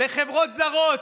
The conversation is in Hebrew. לחברות זרות.